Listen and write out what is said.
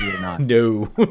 no